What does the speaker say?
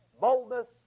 boldness